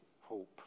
hope